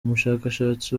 umushakashatsi